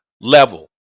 level